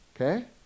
Okay